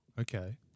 Okay